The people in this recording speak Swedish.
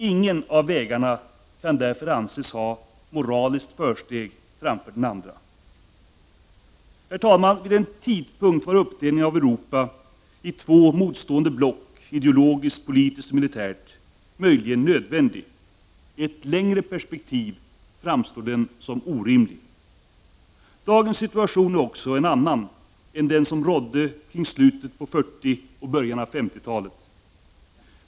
Ingen av vägarna kan därför anses ha moraliskt försteg framför den andra. Herr talman! Vid en viss tidpunkt var uppdelningen av Europa i två motstående block — ideologiskt, politiskt och militärt — möjligen nödvändig. I ett längre perspektiv framstår den som orimlig. Dagens situation är också en annan än den som rådde kring slutet av 40 och början av 50-talet.